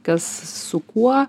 kas su kuo